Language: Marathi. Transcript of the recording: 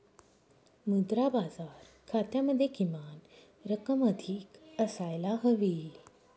मुद्रा बाजार खात्यामध्ये किमान रक्कम अधिक असायला हवी